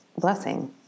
blessing